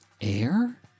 Air